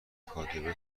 kgb